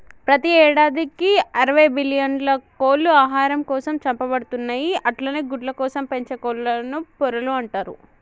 ప్రతి యేడాదికి అరవై బిల్లియన్ల కోళ్లు ఆహారం కోసం చంపబడుతున్నయి అట్లనే గుడ్లకోసం పెంచే కోళ్లను పొరలు అంటరు